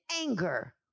anger